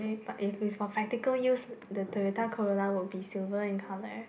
but if is for practical use the Toyota Corolla would be silver in color